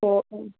okay